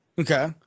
Okay